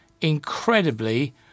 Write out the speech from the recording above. incredibly